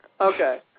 Okay